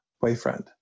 boyfriend